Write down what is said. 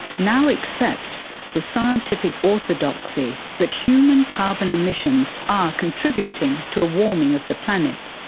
now accept the scientific orthodoxy that human carbon emissions are contributing to a warming of the planet,